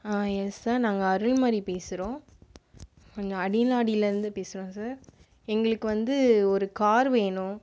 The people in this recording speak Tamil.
ஆ யெஸ் சார் நாங்கள் அருள்மதி பேசுகிறோம் அடி நாடியில இருந்து பேசுகிறோம் சார் எங்களுக்கு வந்து ஒரு கார் வேணும்